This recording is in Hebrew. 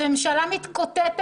אתם ממשלה מתקוטטת.